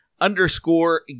underscore